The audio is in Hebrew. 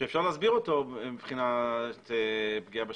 שאפשר להסביר אותו מבחינת פגיעה בשוויון.